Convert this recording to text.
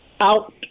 out